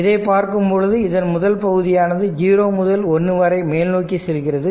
இதைப் பார்க்கும்போது இதன் முதல் பகுதியானது 0 முதல் 1 வரை மேல்நோக்கி செல்கிறது